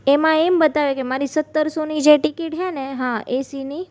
એમાં એમ બતાવે કે મારી સત્તરસોની જે ટિકિટ છે ને હા એસીની